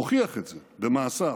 הוכיח את זה במעשיו.